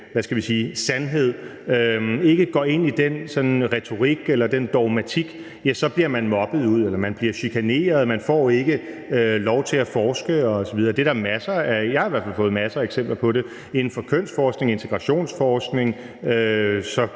skal vi sige sandhed, og ikke går ind i den retorik eller dogmatik, så bliver man mobbet ud, eller man bliver chikaneret, man får ikke lov til at forske osv. Det har jeg fået masser af eksempler på inden for kønsforskning, integrationsforskning,